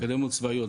אקדמיות צבאיות,